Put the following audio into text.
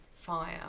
Fire